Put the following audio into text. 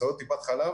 אחיות טיפת חלב